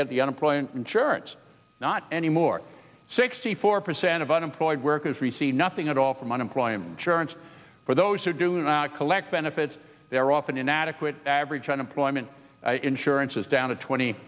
get the unemployment insurance not anymore sixty four percent of unemployed workers receive nothing at all from unemployment insurance for those who do not collect benefits they're often inadequate average unemployment insurance is down to twenty